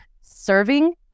serving